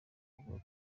bavuga